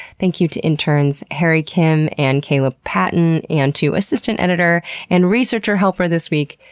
thank you to interns haeri kim and caleb patton and to assistant editor and researcher helper this week,